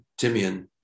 Timian